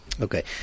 Okay